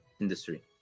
industry